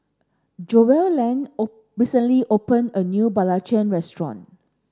Joellen recently open a new Belacan restaurant